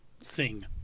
sing